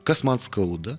kas man skauda